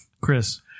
Chris